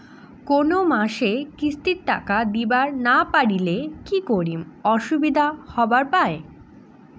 কোনো মাসে কিস্তির টাকা দিবার না পারিলে কি রকম অসুবিধা হবার পায়?